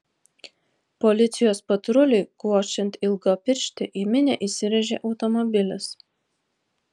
policijos patruliui kvočiant ilgapirštį į minią įsirėžė automobilis